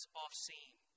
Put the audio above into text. off-scene